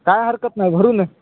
काय हरकत नाही भरू ना